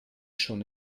schon